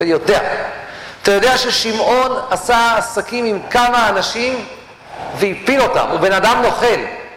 אתה יודע ששמעון עשה עסקים עם כמה אנשים והפיל אותם, הוא בן אדם נוכל